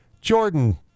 Jordan